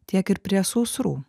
tiek ir prie sausrų